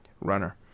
runner